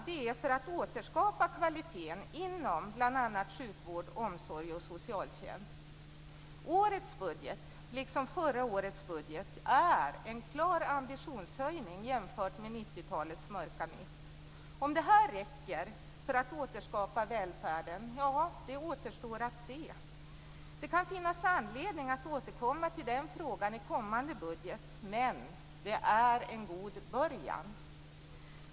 Det är för att återskapa kvaliteten inom bl.a. sjukvård, omsorg och socialtjänst. Årets budget, liksom förra årets budget, är en klar ambitionshöjning jämfört med 90-talets mörka mitt. Om det räcker för att återskapa välfärden, ja, det återstår att se. Det kan finnas anledning att återkomma till den frågan i kommande budget. Men det är en god början.